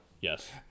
yes